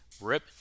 Rip